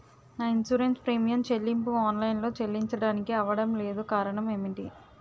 నా insurance premium చెల్లింపు online లో చెల్లించడానికి అవ్వడం లేదు కారణం ఏమిటి?